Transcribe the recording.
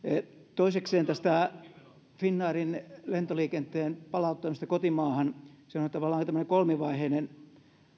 toisekseen tästä finnairin lentoliikenteen palauttamisesta kotimaahan se on tavallaan nyt tämmöinen kolmivaiheinen